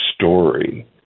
story